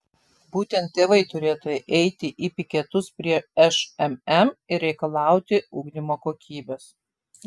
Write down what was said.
būtent tėvai turėtų eiti į piketus prie šmm ir reikalauti ugdymo kokybės